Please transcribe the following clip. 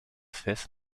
fifth